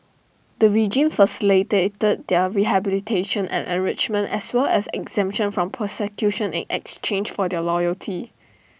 the regime facilitated their rehabilitation and enrichment as well as exemption from prosecution in exchange for their loyalty